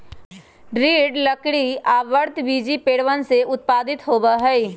दृढ़ लकड़ी आवृतबीजी पेड़वन से उत्पादित होबा हई